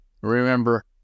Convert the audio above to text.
Remember